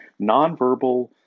nonverbal